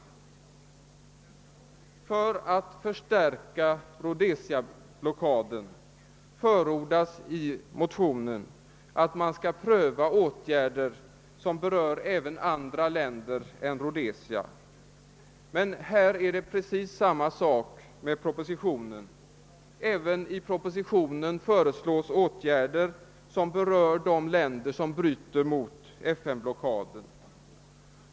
För att förstärka Rhodesia-blockaden förordas i den motionen att man skall pröva åtgärder som berör även andra länder än Rhodesia, men detsamma gäller också beträffande propositionen. Även där föreslås åtgärder som berör de länder som bryter mot FN-blockaden.